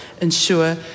ensure